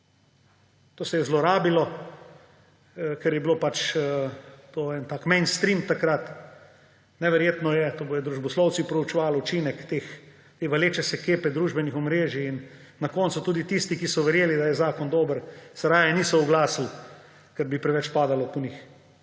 To se je zlorabilo, ker je bil pač to en tak mainstream takrat. Neverjetno je, to bodo družboslovci proučevali, učinek te valeče se kepe družbenih omrežij. In na koncu tudi tisti, ki so verjeli, da je zakon dober, se raje niso oglasili, ker bi preveč padalo po njih.